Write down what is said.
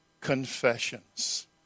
confessions